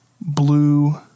blue